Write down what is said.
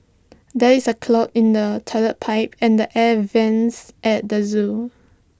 there is A clog in the Toilet Pipe and the air Vents at the Zoo